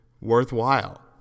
worthwhile